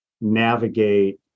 navigate